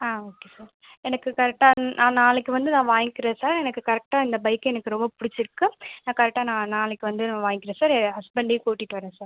ஆ okay sir எனக்கு கரெக்டாக நான் நாளைக்கு வந்து நான் வாங்கிக்கிறேன் சார் எனக்கு கரெக்டாக இந்த பைக் எனக்கு ரொம்ப பிடிச்சிருக்கு நான் கரெக்டாக நான் நாளைக்கு வந்து வாங்கிக்கிறேன் சார் என் ஹஸ்பண்டையும் கூட்டிகிட்டு வரேன் சார்